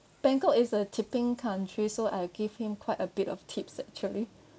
bangkok is a tipping country so I gave him quite a bit of tips actually